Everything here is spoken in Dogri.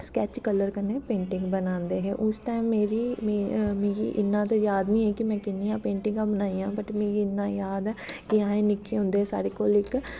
स्कैच कलर कन्नै पेंटिंग बनांदे हे उस टाइम मेरी मिगी इ'न्ना ते याद निं ऐ में कि'न्नियां पेंटिंगां बनाइयां वट् मिगी इ'न्ना याद ऐ कि असें निक्के होंदे साढ़े कोल इक